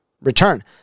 return